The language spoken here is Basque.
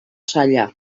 zaila